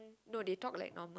no they talk like normal